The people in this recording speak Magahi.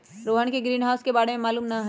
रोहन के ग्रीनहाउस के बारे में मालूम न हई